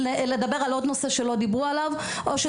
אני רוצה לדבר על עוד נושא שלא דיברו עליו,